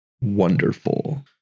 wonderful